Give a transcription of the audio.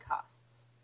costs